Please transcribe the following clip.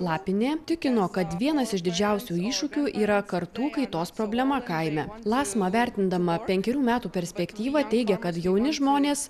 lapinė tikino kad vienas iš didžiausių iššūkių yra kartų kaitos problema kaime lasma vertindama penkerių metų perspektyvą teigia kad jauni žmonės